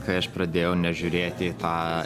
kai aš pradėjau nežiūrėti į tą